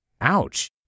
Ouch